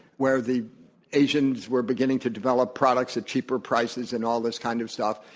where the asians were beginning to develop products at cheaper prices and all this kind of stuff,